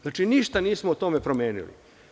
Znači, ništa nismo u tome promenili.